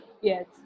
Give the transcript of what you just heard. Yes